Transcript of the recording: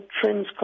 trends